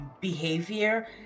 behavior